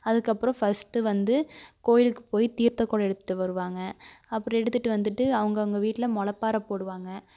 அதுக்கப்புறோம் ஃபர்ஸ்ட்டு வந்து கோயிலுக்கு போய் தீர்த்தை குடோம் எடுத்துகிட்டு வருவாங்க அப்படி எடுத்துகிட்டு வந்துகிட்டு அவங்கவுங்க வீட்டில் முளப்பாற போடுவாங்க